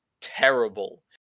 terrible